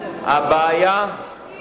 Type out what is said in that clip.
הפסיקו להכניס,